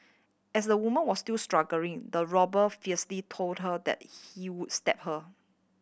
as the woman was still struggling the robber fiercely told her that he would stab her